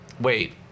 Wait